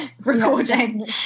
recording